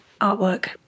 artwork